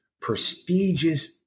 prestigious